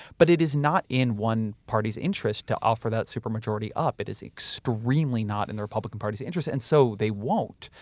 but it is not in one party's interest to offer that super majority up. it is extremely not in the republican party's interest. and so, they won't.